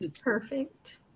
Perfect